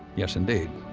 yes, indeed.